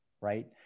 right